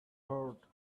heart